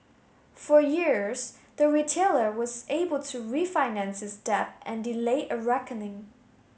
for years the retailer was able to refinance its debt and delay a reckoning